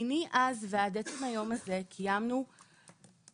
מני אז ועד עצם היום הזה קיימנו לפחות